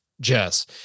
Jess